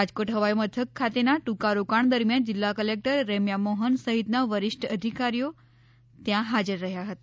રાજકોટ હવાઈ મથક ખાતેના ટૂંકા રોકાણ દરમ્યાન જિલ્લા કલેક્ટર રેમયા મોહન સહિતના વરીષ્ઠ અધિકારીઓ ત્યાં હાજર રહ્યા હતા